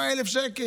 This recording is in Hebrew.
מה, 1,000 שקל?